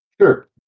Sure